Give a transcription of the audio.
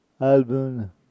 album